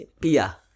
Pia